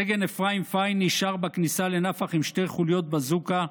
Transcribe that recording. סגן אפרים פיין נשאר בכניסה לנפח עם שתי חוליות בזוקה,